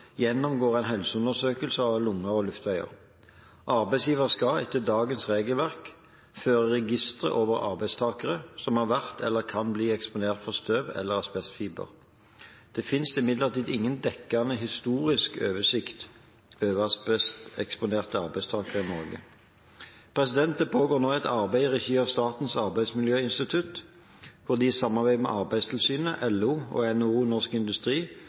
gjennomgår en helseundersøkelse av lunger og luftveier. Arbeidsgiver skal etter dagens regelverk føre register over arbeidstakere som har vært eller kan bli eksponert for støv eller asbestfiber. Det finnes imidlertid ingen dekkende historisk oversikt over asbesteksponerte arbeidstakere i Norge. Det pågår nå et arbeid i regi av Statens arbeidsmiljøinstitutt hvor de i samarbeid med Arbeidstilsynet, LO og NHO/Norsk Industri